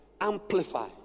Amplify